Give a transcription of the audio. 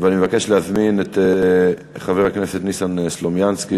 ואני מבקש להזמין את חבר הכנסת ניסן סלומינסקי,